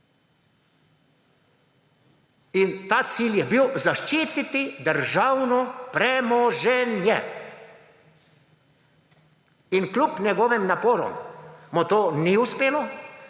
In ta cilj je bil zaščititi državno premoženje. In kljub njegovim naporom mu to ni uspelo,